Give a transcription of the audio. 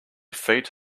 feet